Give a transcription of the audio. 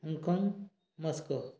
Hong Kong Moscow